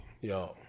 yo